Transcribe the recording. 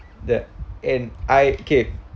that and I okay